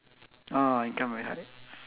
ah income very high